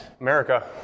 America